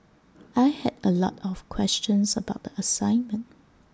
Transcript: I had A lot of questions about the assignment